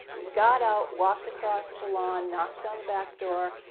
got out, walked across the lawn, knocked on the back door,